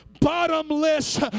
bottomless